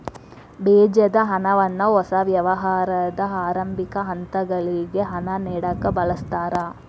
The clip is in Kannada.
ಬೇಜದ ಹಣವನ್ನ ಹೊಸ ವ್ಯವಹಾರದ ಆರಂಭಿಕ ಹಂತಗಳಿಗೆ ಹಣ ನೇಡಕ ಬಳಸ್ತಾರ